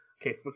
okay